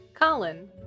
Colin